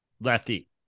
lefty